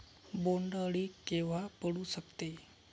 बोंड अळी केव्हा पडू शकते?